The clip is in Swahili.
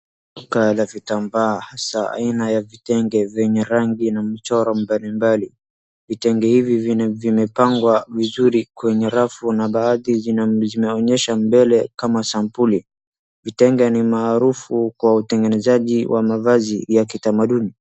Duka ya vitambaa vya aina ya vitenge vyenye rangi na michoro mbalimbali, vitenge hivi vimepangwa vizuri kwenye rafu na baadhi zimeonyeshwa mbele kama sampuli, vitenge ni maarufu kwa utengenezaji wa mavazi ya kitamaduni.